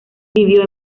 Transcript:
vivió